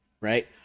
right